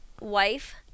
Wife